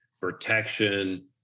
protection